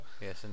Yes